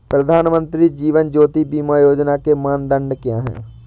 प्रधानमंत्री जीवन ज्योति बीमा योजना के मानदंड क्या हैं?